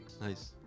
Nice